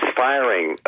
firing